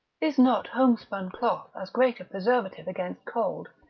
is not homespun cloth as great a preservative against cold,